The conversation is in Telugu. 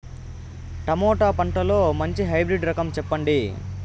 టమోటా పంటలో మంచి హైబ్రిడ్ రకం చెప్పండి?